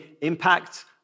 impact